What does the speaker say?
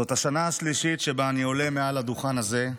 זאת השנה השלישית שבה אני עולה על הדוכן הזה,